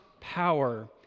power